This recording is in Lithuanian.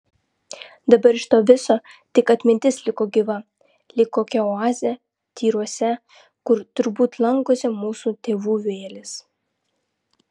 dabar iš to viso tik atmintis liko gyva lyg kokia oazė tyruose kur turbūt lankosi mūsų tėvų vėlės